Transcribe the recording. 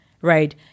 right